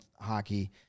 hockey